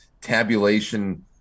tabulation